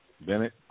Bennett